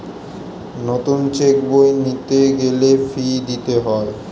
নতুন চেক বই নিতে গেলে ফি দিতে হয়